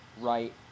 right